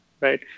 right